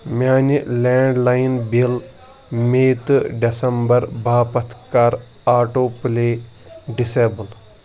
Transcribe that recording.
میانہِ land line bill مے تہٕ دَسمبر باپتھ کَر آٹو پلے ڈسایبل